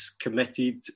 committed